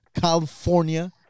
California